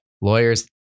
lawyers